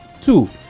Two